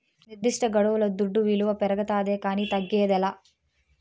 నిర్దిష్టగడువుల దుడ్డు విలువ పెరగతాదే కానీ తగ్గదేలా